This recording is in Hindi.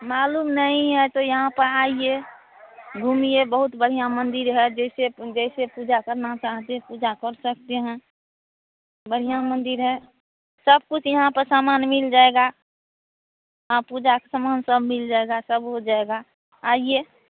मालूम नहीं है तो यहाँ पर आइए घूमिए बहुत बढ़ियाँ मन्दिर है जैसे जैसे पूजा करना चाहते हैं पूजा कर सकते हैं बढ़ियाँ मन्दिर है सब कुछ यहाँ पर सामान मिल जाएगा हाँ पूजा का समान सब मिल जाएगा सब हो जाएगा आइए